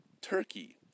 turkey